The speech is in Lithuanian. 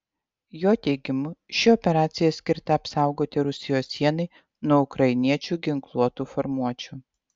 jo teigimu ši operacija skirta apsaugoti rusijos sienai nuo ukrainiečių ginkluotų formuočių